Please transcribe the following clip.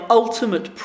ultimate